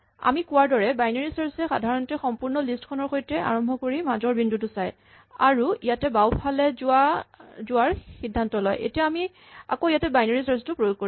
আমি কোৱাৰ দৰে বাইনেৰী চাৰ্ছ এ সাধাৰণতে সম্পূৰ্ণ লিষ্ট খনৰ সৈতে আৰম্ভ কৰি মাজৰ বিন্দুটো চায় আৰু ইয়াত বাঁওফালে যোৱাৰ সীদ্ধান্ত লয় এতিয়া আমি আকৌ ইয়াত বাইনেৰী চাৰ্ছ টো প্ৰয়োগ কৰিম